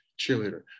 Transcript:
cheerleader